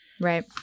Right